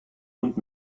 und